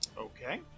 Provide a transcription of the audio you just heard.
okay